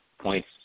points